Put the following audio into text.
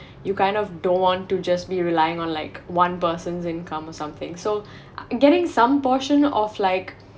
you kind of don't want to just be relying on like one person's income or something so getting some portion of like